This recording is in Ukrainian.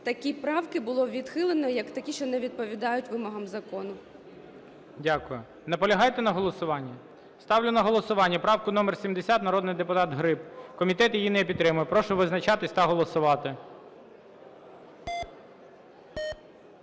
такі правки було відхилено як такі, що не відповідають вимогам закону. ГОЛОВУЮЧИЙ. Дякую. Наполягаєте на голосуванні? Ставлю на голосування правку номер 70, народний депутат Гриб. Комітет її не підтримує. Прошу визначатись та голосувати.